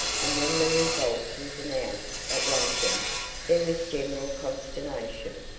and when the result was announced at luncheon there was general consternation.